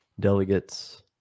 Delegates